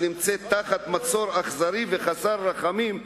שנמצאת תחת מצור אכזרי וחסר רחמים,